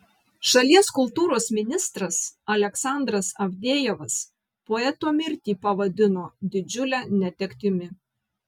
šalies kultūros ministras aleksandras avdejevas poeto mirtį pavadino didžiule netektimi